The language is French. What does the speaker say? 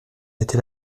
était